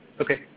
okay